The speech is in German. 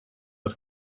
das